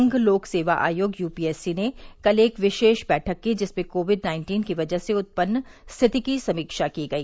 संघ लोक सेवा आयोग यूपीएससी ने कल एक विशेष बैठक की जिसमें कोविड नाइन्टीन की वजह से उत्पन्न स्थिति की समीक्षा की गई